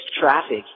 traffic